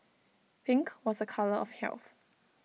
pink was A colour of health